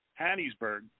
hattiesburg